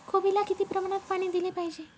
कोबीला किती प्रमाणात पाणी दिले पाहिजे?